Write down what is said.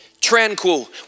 Tranquil